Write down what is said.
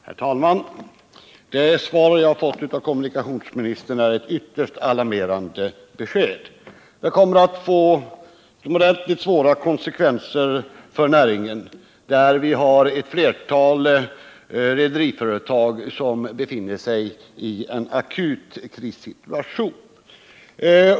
Herr talman! Det svar jag fått av kommunikationsministern utgör ett ytterst alarmerande besked. Det kommer att få utomordentligt svåra konsekvenser för näringen, där ett flertal rederiföretag befinner sig i en akut krissituation.